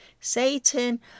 Satan